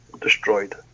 destroyed